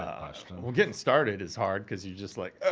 um question. well, getting started is hard cause you just like,